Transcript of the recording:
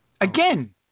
Again